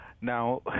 Now